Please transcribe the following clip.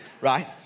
right